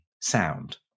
sound